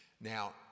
Now